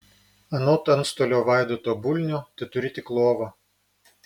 anot antstolio vaidoto bulnio teturi tik lovą